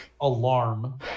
Alarm